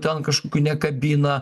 ten kažkokių nekabina